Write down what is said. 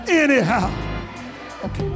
anyhow